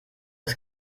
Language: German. ist